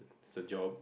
it's their job